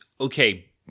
okay